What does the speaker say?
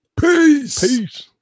peace